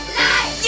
life